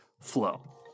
flow